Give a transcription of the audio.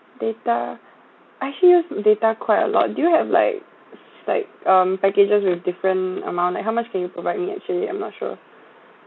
data I actually use data quite a lot do you have like like um packages with different amount like how much can you provide me actually I'm not sure